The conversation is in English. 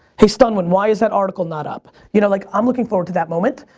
hey stunwin, why is that article not up? you know like i'm looking forward to that moment.